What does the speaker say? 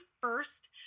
first